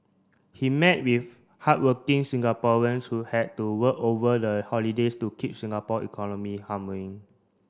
he met with hardworking Singaporeans who had to work over the holidays to keep Singapore economy humming